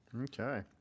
Okay